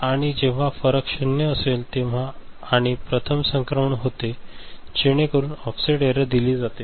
आणि जेव्हा फरक 0 असेल तेव्हा आणि प्रथम संक्रमण होते जेणेकरून ऑफसेट एरर दिली जाते